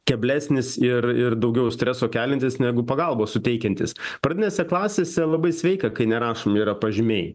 keblesnis ir ir daugiau streso keliantis negu pagalbos suteikiantis pradinėse klasėse labai sveika kai nerašomi yra pažymiai